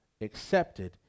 accepted